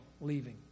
leaving